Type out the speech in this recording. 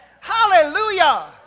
Hallelujah